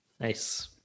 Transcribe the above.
Nice